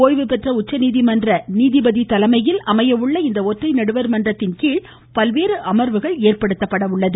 ஓய்வுபெற்ற உச்சநீதிமன்ற நீதிபதி தலைமையில் அமைய உள்ள இந்த ஒற்றை நடுவர்மன்றத்தின் கீழ் பல்வேறு அமர்வுகள் ஏற்படுத்தப்பட உள்ளது